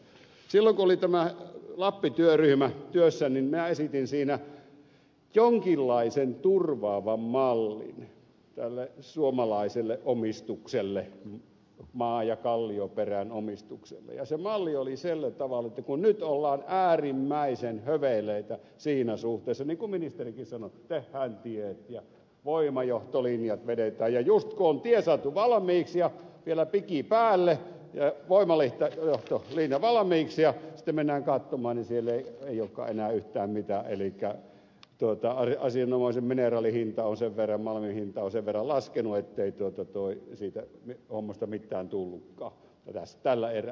silloin kun oli tämä lappi työryhmä työssä niin minä esitin siinä jonkinlaisen turvaavan mallin tälle suomalaiselle omistukselle maa ja kallioperän omistukselle ja se malli oli sillä tavalla että kun nyt ollaan äärimmäisen höveleitä siinä suhteessa niin kuin ministerikin sanoi että tehdään tiet voimajohtolinjat vedetään ja just kun on tie saatu valmiiksi ja vielä piki päälle ja voimajohtolinja valmiiksi ja sitten mennään katsomaan niin siellä ei olekaan enää yhtään mitään elikkä asianomaisen mineraalin hinta on sen verran malmin hintaa laskenut ettei siitä hommasta mitään tullutkaan tällä erää